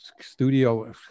studio